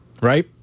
right